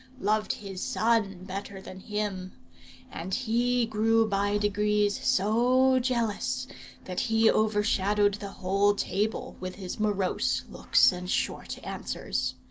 loved his son better than him and he grew by degrees so jealous that he overshadowed the whole table with his morose looks and short answers.